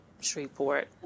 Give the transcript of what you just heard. Shreveport